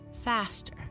faster